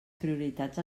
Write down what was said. prioritats